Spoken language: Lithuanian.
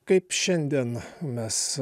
kaip šiandien mes